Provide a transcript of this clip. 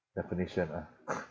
definition ah